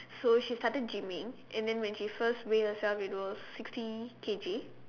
so she started gyming and then when she first weigh herself it was sixty K_G